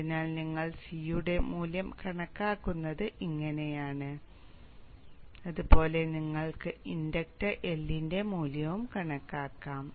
അതിനാൽ നിങ്ങൾ C യുടെ മൂല്യം കണക്കാക്കുന്നത് ഇങ്ങനെയാണ് അതുപോലെ നിങ്ങൾക്ക് ഇൻഡക്ടർ L ന്റെ മൂല്യവും കണക്കാക്കാം